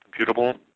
computable